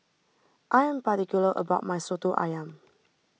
I am particular about my Soto Ayam